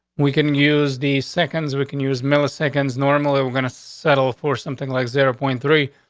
we can use the seconds we can use milliseconds. normally, we're gonna settle for something like zero point three.